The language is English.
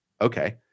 Okay